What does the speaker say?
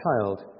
child